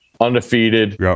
Undefeated